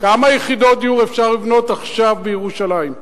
כמה יחידות דיור אפשר לבנות עכשיו בירושלים?